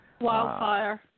Wildfire